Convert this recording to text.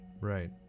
right